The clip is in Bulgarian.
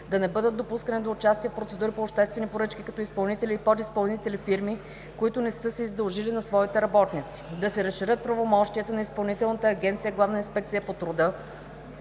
да не бъдат допускани до участие процедури по обществени поръчки като изпълнители и подизпълнители фирми, които не са се издължили на своите работници; - да се разширят правомощията на Изпълнителната агенция „Главна инспекция по труда“